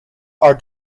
are